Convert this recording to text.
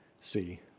see